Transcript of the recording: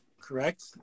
correct